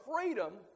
freedom